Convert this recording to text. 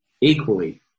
Equally